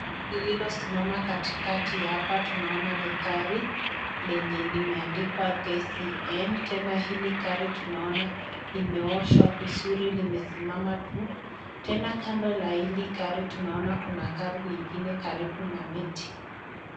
Gari lilosimama katikati ya hapa tunaona ni gari lenye liemandikwa KCN na hili gari tunaona imeoshwa vizuri limesimama tuTena kando la hili gari tunaona kuna gari lingine karibu na miti.